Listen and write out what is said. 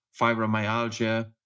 fibromyalgia